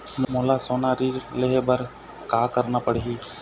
मोला सोना ऋण लहे बर का करना पड़ही?